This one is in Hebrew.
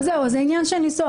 זה עניין של ניסוח.